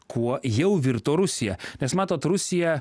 kuo jau virto rusija nes matot rusija